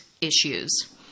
issues